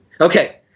Okay